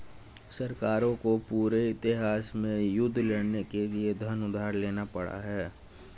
सरकारों को पूरे इतिहास में युद्ध लड़ने के लिए धन उधार लेना पड़ा है